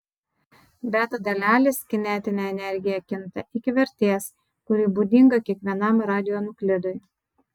beta dalelės kinetinė energija kinta iki vertės kuri būdinga kiekvienam radionuklidui